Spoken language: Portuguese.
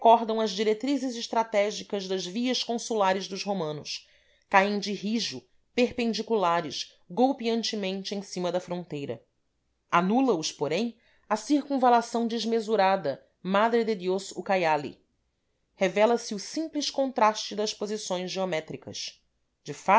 as diretrizes estratégicas das vias consulares dos romanos caem de rijo perpendiculares golpeantemente em cima da fronteira anula os porém a circunvalação desmesurada madre de diós ucaiali revela-se o simples contraste das posições geométricas